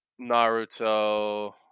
Naruto